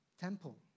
Temple